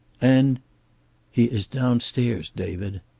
and he is downstairs, david.